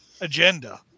agenda